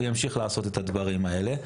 הוא ימשיך לעשות את הדברים האלה,